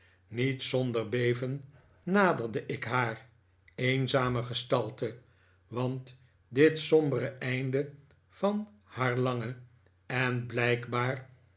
niet zonder beven naderde ik haar eenzame gestalte want dit sombere einde van haar lange en blijkbaar